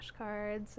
flashcards